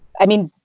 i mean,